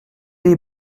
est